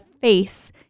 face